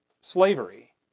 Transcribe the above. Slavery